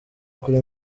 kuri